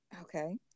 Okay